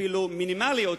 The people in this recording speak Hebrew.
אפילו מינימליות,